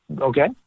okay